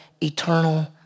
eternal